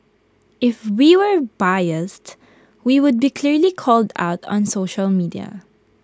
if we were biased we would be clearly called out on social media